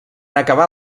acabar